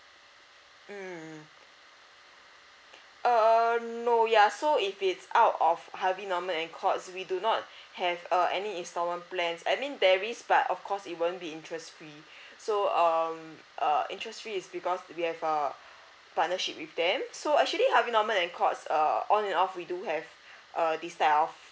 mm err no ya so if it's out of Harvey Norman and Courts we do not have uh any installment plans I mean there is but of course it won't be interest free so um uh interest free is because we have a partnership with them so actually Harvey Norman and Courts uh on and off we do have err this type of